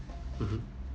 mmhmm